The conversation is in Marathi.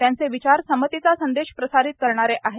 त्यांचे विचार समतेचा संदेश प्रसारित करणारे आहेत